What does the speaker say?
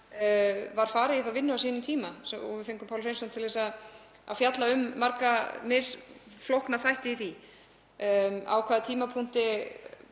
var farið í þá vinnu á sínum tíma og við fengum Pál Hreinsson til að fjalla um marga misflókna þætti í því, á hvaða tímapunkti